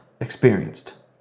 experienced